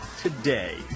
today